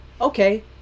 Okay